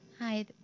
Hi